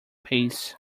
pace